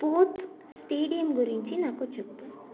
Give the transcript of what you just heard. sports stadium గురించి నాకు చెప్పుము